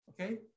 okay